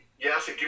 Yes